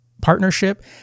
partnership